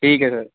ਠੀਕ ਹੈ ਸਰ